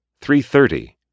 330